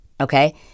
okay